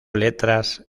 letras